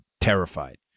terrified